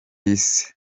isi